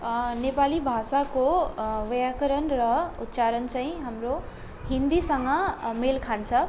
नेपाली भाषाको व्याकरण र उच्चारण चाहिँ हाम्रो हिन्दीसँग मेल खान्छ